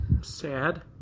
Sad